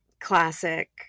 classic